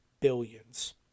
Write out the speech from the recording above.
billions